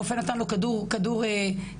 הרופא נתן לו כדור הרגעה,